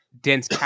dense